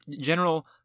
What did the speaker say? general